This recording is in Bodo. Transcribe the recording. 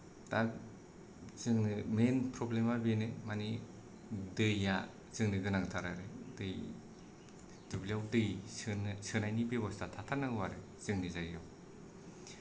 दा जोंनो मेन प्रब्लेमा बेनो माने दैया जोंनो गोनांथार आरो दै दुब्लियाव दै सोनो सोनायनि बेब'स्था थाथारनांगौ आरो जोंनि जायगायाव